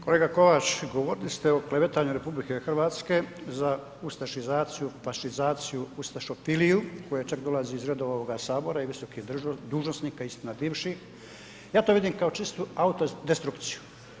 Kolega Kovač govorili ste o klevetanju RH za ustašizaciju, fašizaciju, ustašofiliju koja čak dolazi iz redova ovoga sabora i visokih dužnosnika istina bivših, ja to vidim kao čistu autodestrukciju.